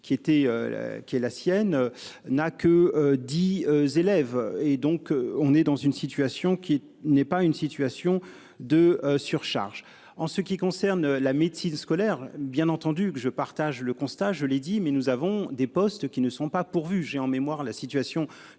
qui est la sienne n'a que 10 élèves et donc on est dans une situation qui n'est pas une situation de surcharge en ce qui concerne la médecine scolaire bien entendu que je partage le constat je l'ai dit, mais nous avons des postes qui ne sont pas pourvus. J'ai en mémoire la situation